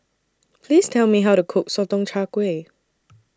Please Tell Me How to Cook Sotong Char Kway